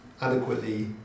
adequately